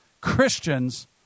Christians